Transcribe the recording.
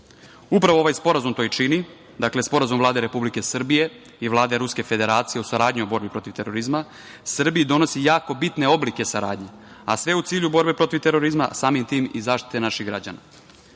praksi. Upravo ovaj Sporazum to i čini. Dakle, Sporazum Vlade Republike Srbije i Vlade Ruske Federacije o saradnji u borbi protiv terorizma Srbiji donosi jako bitne oblike saradnje, a sve u cilju borbe protiv terorizma, a samim tim i zaštite naših građana. Ti